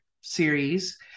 series